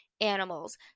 animals